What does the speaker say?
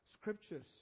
scriptures